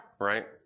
Right